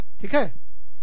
ठीक है